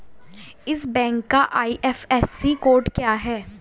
इस बैंक का IFSC code क्या है?